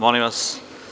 Molim vas.